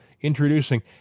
introducing